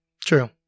True